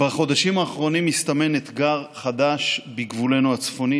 בחודשים האחרונים מסתמן אתגר חדש בגבולנו הצפוני,